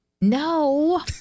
No